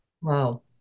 wow